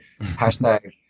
Hashtag